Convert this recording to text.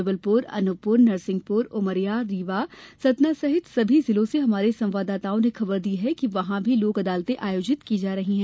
जबलपुर अनूपपुर नरसिंहपुर उमरिया रीवा सतना सहित सभी जिलों से हमारे संवाददाताओं ने खबर दी है कि वहां भी लोक अदालतें आयोजित की जा रही हैं